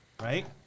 right